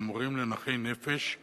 התשע"ב 2012,